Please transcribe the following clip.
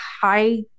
high